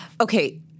okay